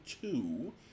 two